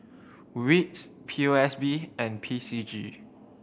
wits P O S B and P C G